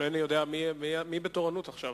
אינני יודע מי בתורנות עכשיו,